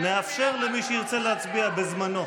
נאפשר למי שירצה להצביע בזמנו.